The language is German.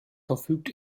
verfügt